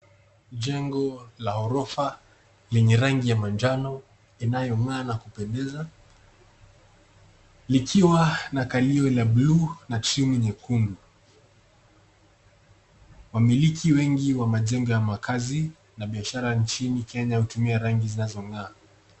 Jengo la orofa yenye rangi ya manjano inayong'aa na kupendeza likiwa na kalio la blue na trimu nyekundu. Wamiliki wengi wa majengo ya makazi na biashara nchini Kenya hutumia rangi zinazong'aa.